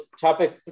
topic